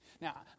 Now